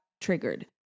triggered